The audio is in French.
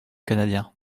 canadien